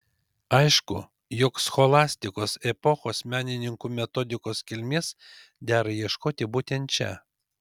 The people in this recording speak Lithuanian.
aišku jog scholastikos epochos menininkų metodikos kilmės dera ieškoti būtent čia